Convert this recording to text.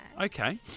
Okay